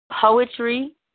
Poetry